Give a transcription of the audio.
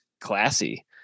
classy